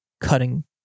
cutting